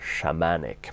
shamanic